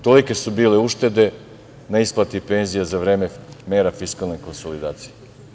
Tolike su bile uštede na isplati penzija za vreme mera fiskalne konsolidacije.